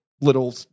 little